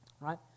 right